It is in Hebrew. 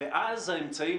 ואז האמצעים,